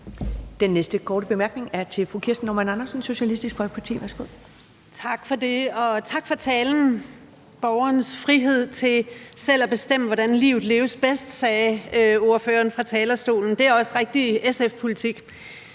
Den næste korte bemærkning er til fru Kirsten Normann Andersen, Socialistisk Folkeparti. Værsgo. Kl. 11:17 Kirsten Normann Andersen (SF) : Tak for det, og tak for talen. Borgerens frihed til selv at bestemme, hvordan livet leves bedst, sagde ordføreren fra talerstolen. Det er også rigtig SF-politik.